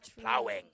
plowing